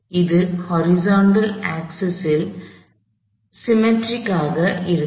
அது horizontal axis ல்horizontal axisகிடைமட்ட அச்சில் சிம்மெட்ரிக் ஆக இருக்கும்